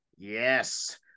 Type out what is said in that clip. Yes